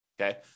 Okay